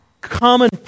common